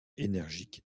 énergique